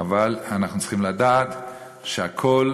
אבל אנחנו צריכים לדעת שהכול,